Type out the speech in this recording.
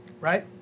right